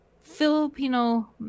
Filipino